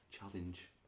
Challenge